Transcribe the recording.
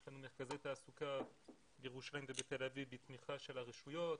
לנו גם מרכזי תעסוקה בירושלים ובתל אביב בתמיכה של הרשויות.